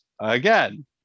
again